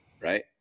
right